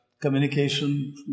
communication